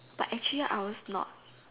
but actually I was not